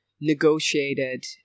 negotiated